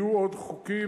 יהיו עוד חוקים.